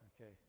okay